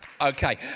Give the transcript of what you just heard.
Okay